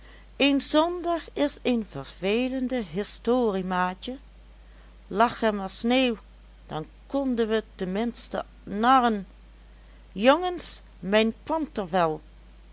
een zondag is een vervelende historie maatje lag er maar sneeuw dan konden we tenminste narren jongens mijn pantervel